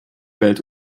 welt